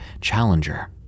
challenger